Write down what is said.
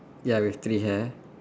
ya with three hair